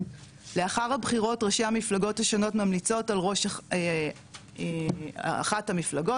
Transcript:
לאחר הבחירות ראשי המפלגות השונות ממליצות על ראש אחת המפלגות,